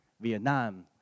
Vietnam